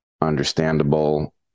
understandable